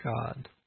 God